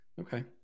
Okay